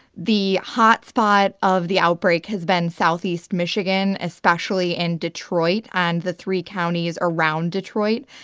the hot spot of the outbreak has been southeast michigan, especially in detroit and the three counties around detroit.